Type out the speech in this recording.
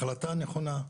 החלטה נכונה,